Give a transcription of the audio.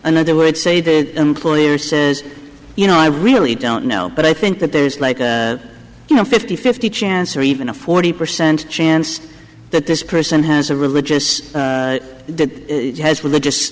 another word say the employer says you know i really don't know but i think that there's like a you know fifty fifty chance or even a forty percent chance that this person has a religious that has religious